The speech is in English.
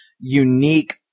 unique